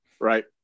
Right